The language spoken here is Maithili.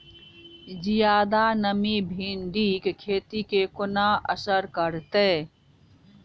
जियादा नमी भिंडीक खेती केँ कोना असर करतै?